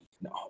no